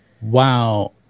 Wow